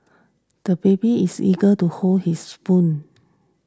the baby is eager to hold his spoon